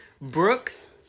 Brooks